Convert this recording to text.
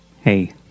Hey